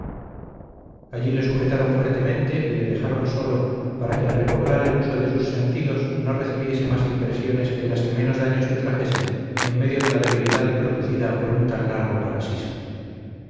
allí le sujetaron fuertemente y le dejaron sólo para que al recobrar el uso de sus sentidos no recibiese más impresiones que las que menos daño le trajesen en medio de la debilidad producida por un tan largo